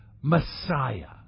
Messiah